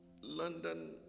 London